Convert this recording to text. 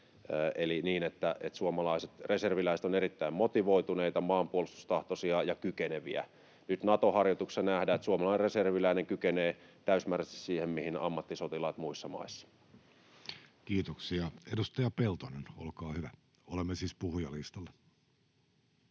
eli niin, että suomalaiset reserviläiset ovat erittäin motivoituneita, maanpuolustustahtoisia ja kykeneviä. Nyt Nato-harjoituksissa nähdään, että suomalainen reserviläinen kykenee täysmääräisesti siihen, mihin ammattisotilaat muissa maissa. [Speech 17] Speaker: Jussi Halla-aho